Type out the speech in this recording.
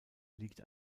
liegt